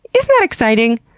isn't that exciting?